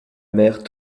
mère